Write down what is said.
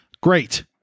Great